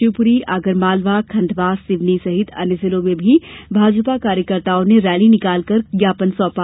शिवपुरी आगरमालवा खंडवा सिवनी सहित अन्य जिलों में भी भाजपा कार्यकर्ताओं ने रैली निकालकर कलेक्टर को ज्ञापन सौंपा